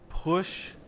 push